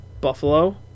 Buffalo